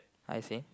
I see